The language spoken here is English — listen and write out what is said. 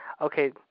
Okay